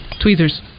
Tweezers